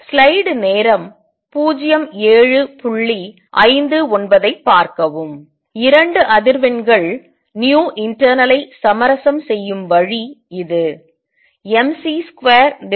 2 அதிர்வெண்கள் internal ஐ சமரசம் செய்யும் வழி இது mc2h1 v2c2